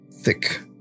thick